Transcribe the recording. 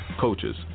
coaches